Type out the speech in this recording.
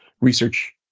research